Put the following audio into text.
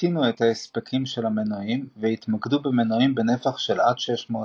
הקטינו את ההספקים של המנועים והתמקדו במנועים בנפח עד 600 סמ"ק.